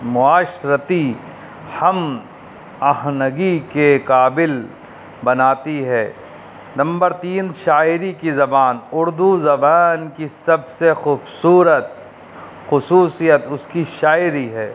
معاشرتی ہم آہنگی کے قابل بناتی ہے نمبر تین شاعری کی زبان اردو زبان کی سب سے خوبصورت خصوصیت اس کی شاعری ہے